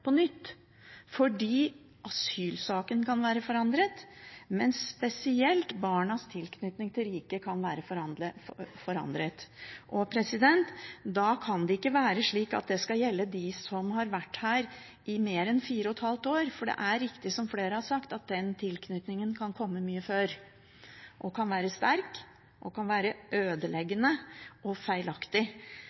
på nytt, fordi asylsaken kan være forandret, men spesielt barnas tilknytning til riket kan være forandret. Da kan det ikke være slik at det skal gjelde dem som har vært her i mer enn fire og et halvt år, for det er riktig som flere har sagt, at den tilknytningen kan komme mye før og kan være sterk – det kan være ødeleggende og feilaktig.